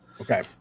Okay